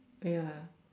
ya